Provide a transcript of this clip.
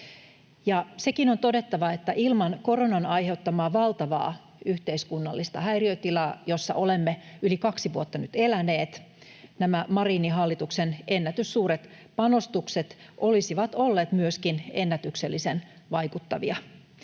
Sekin on todettava, että ilman koronan aiheuttamaa valtavaa yhteiskunnallista häiriötilaa, jossa olemme yli kaksi vuotta nyt eläneet, nämä Marinin hallituksen ennätyssuuret panostukset olisivat olleet myöskin ennätyksellisen vaikuttavia.